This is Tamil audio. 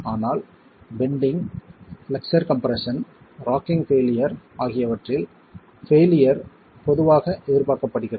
ஆனால் bending flexure compression rocking failure ஆகியவற்றில் பெயிலியர் பொதுவாக எதிர்பார்க்கப்படுகிறது